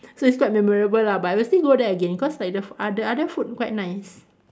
so it's quite memorable lah but I will still go there again cause like the foo~ uh the other food quite nice